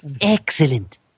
Excellent